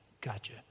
gotcha